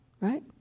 right